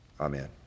Amen